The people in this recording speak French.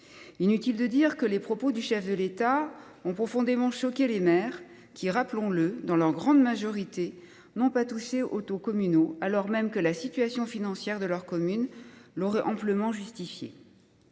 inutile de dire que les propos du chef de l’État ont profondément choqué les maires, qui – rappelons-le – n’ont, dans leur très grande majorité, pas touché aux taux communaux, alors même que la situation financière de leur commune l’aurait amplement justifié.